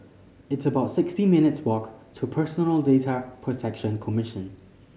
it's about sixty minutes' walk to Personal Data Protection Commission